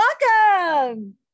welcome